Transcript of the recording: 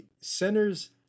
centers